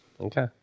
Okay